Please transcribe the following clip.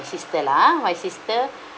sister lah my sister